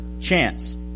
chance